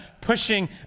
pushing